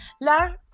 La